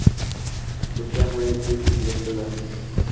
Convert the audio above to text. धुक्यामुळे पीक उध्वस्त झाले